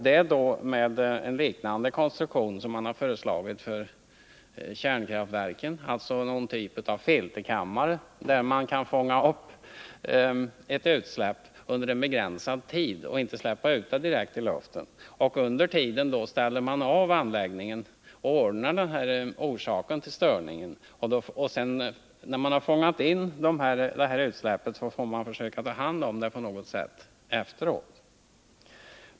Det bör vara möjligt med en konstruktion liknande den som föreslagits för kärnkraftverken, alltså någon typ av filterkammare. Där kan man fånga upp ett utsläpp under en begränsad tid och inte släppa ut det direkt i luften. Under tiden ställer man av anläggningen och tar itu med orsaken till störningen. När man så har fångat in utsläppet får man försöka att ta hand om det efteråt.